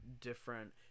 different